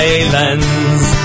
Islands